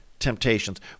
temptations